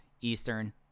Eastern